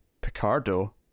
Picardo